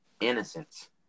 innocence